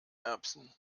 erbsen